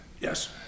Yes